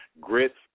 Grits